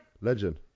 legend